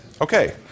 okay